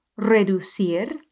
reducir